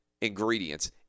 ingredients